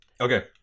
Okay